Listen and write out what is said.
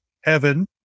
heaven